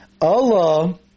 Allah